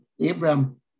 Abraham